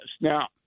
Now